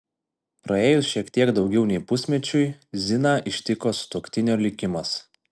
praėjus šiek tiek daugiau nei pusmečiui ziną ištiko sutuoktinio likimas